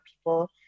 people